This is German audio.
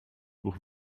buch